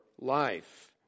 life